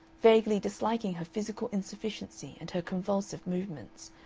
vaguely disliking her physical insufficiency and her convulsive movements,